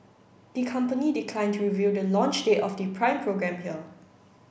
the company declined to reveal the launch date of the Prime programme here